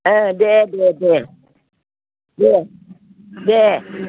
दे दे दे दे दे